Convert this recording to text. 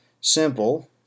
Simple